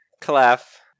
Clef